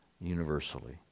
universally